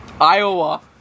Iowa